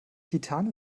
titan